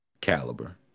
caliber